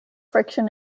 friction